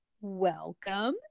welcome